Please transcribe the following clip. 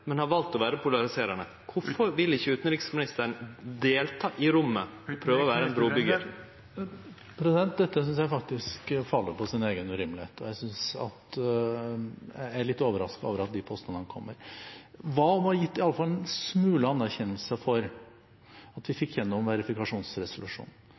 men har valt å vere polariserande. Kvifor vil ikkje utanriksministeren delta i rommet og prøve å vere ein brubyggjar? Dette synes jeg faller på sin egen urimelighet, og jeg er litt overrasket over at disse påstandene kommer. Hva med å gi iallfall en smule anerkjennelse for at vi